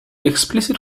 explicit